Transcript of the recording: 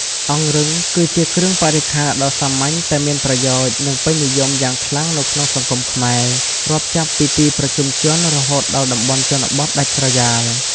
អង្រឹង គឺជាគ្រឿងបរិក្ខារដ៏សាមញ្ញតែមានប្រយោជន៍ និងពេញនិយមយ៉ាងខ្លាំងនៅក្នុងសង្គមខ្មែរ រាប់ចាប់ពីទីប្រជុំជនរហូតដល់តំបន់ជនបទដាច់ស្រយាល។